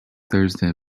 thursday